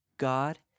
God